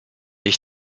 ich